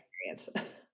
experience